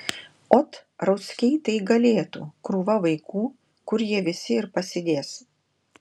ot rauckiai tai galėtų krūva vaikų kur jie visi ir pasidės